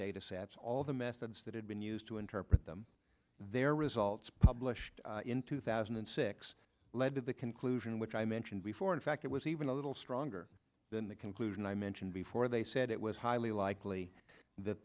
data sets all the methods that had been used to interpret them their results published in two thousand and six led to the conclusion which i mentioned before in fact it was even a little stronger than the conclusion i mentioned before they said it was highly likely that